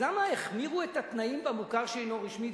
למה החמירו את התנאים במוכר שאינו רשמי,